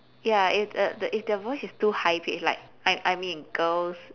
ya if the the if their voice is too high pitched like I I mean girls